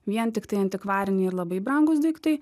vien tiktai antikvariniai ir labai brangūs daiktai